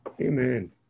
Amen